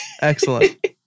Excellent